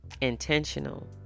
intentional